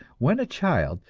when a child,